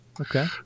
Okay